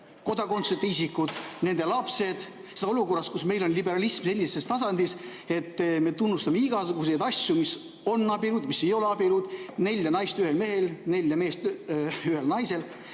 kodakondsuseta isikud, nende lapsed, ja seda olukorras, kus meil on liberalism sellisel tasandil, et me tunnustame igasuguseid asju, mis on abielud, mis ei ole abielud, neli naist ühel mehel, neli meest ühel naisel